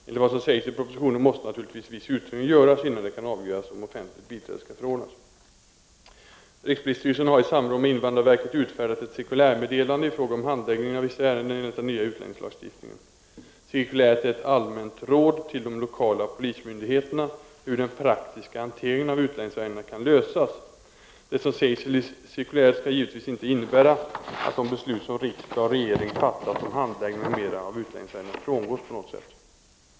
Enligt vad som sägs i propositionen måste naturligtvis viss utredning göras innan det kan avgöras om offentligt biträde skall förordnas. Rikspolisstyrelsen har i samråd med invandrarverket utfärdat ett cirkulärmeddelande i fråga om handläggningen av vissa ärenden enligt den nya utlänningslagstiftningen. Cirkuläret är ett allmänt råd till de lokala polismyndigheterna hur den praktiska hanteringen av utlänningsärendena kan lösas. Det som sägas i cirkuläret skall givetvis inte innebära att de beslut som riksdag och regering fattat om handläggningen m.m. av utlänningsärenden frångås på något sätt.